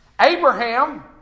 Abraham